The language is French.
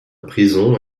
prison